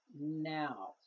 now